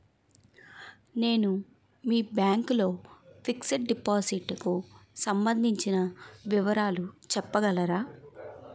నేను మీ బ్యాంక్ లో ఫిక్సడ్ డెపోసిట్ కు సంబందించిన వివరాలు చెప్పగలరా?